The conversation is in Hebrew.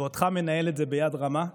ואותך מנהל את זה ביד רמה.